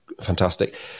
fantastic